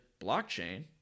blockchain